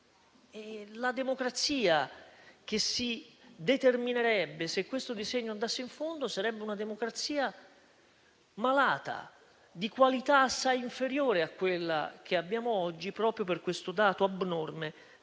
E quella che si determinerebbe se questo disegno andasse in fondo sarebbe una democrazia malata, di qualità assai inferiore a quella che abbiamo oggi, proprio per il dato abnorme